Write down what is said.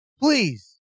please